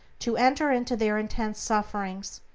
to enter into their intense sufferings,